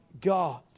God